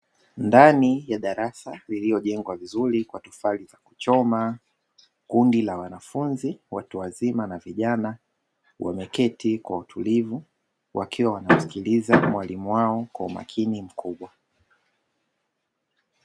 Ndani ya darasa lililojengwa vizuri kwa tofali za kuchoma, kundi la wanafunzi watu wazima na vijana wameketi kwa utulivu, wakiwa wanamsikiliza mwalimu wao kwa umakini mkubwa.